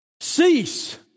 Cease